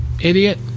Idiot